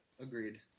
Agreed